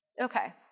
Okay